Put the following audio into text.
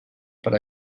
per